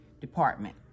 department